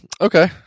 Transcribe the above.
Okay